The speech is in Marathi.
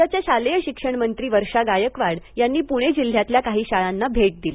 राज्याच्या शालेय शिक्षण मंत्री वर्षा गायकवाड यांनी पुणे जिल्ह्यातल्या काही शाळांना भेट दिली